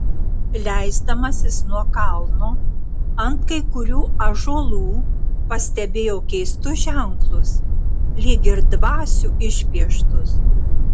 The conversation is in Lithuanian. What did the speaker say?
leisdamasis nuo kalno ant kai kurių ąžuolų pastebėjau keistus ženklus lyg ir dvasių išpieštus